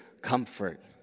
comfort